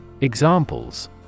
Examples